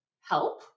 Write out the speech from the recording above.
help